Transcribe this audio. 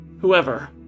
whoever